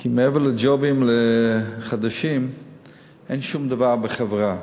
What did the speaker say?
כי מעבר לג'ובים חדשים אין שום דבר בחברה.